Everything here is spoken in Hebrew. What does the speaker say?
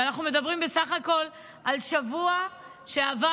ואנחנו מדברים בסך הכול על השבוע שעבר,